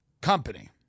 company